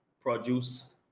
produce